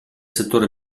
settore